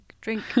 drink